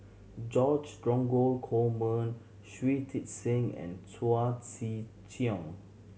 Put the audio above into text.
George Dromgold Coleman Shui Tit Sing and Chao Tzee Cheng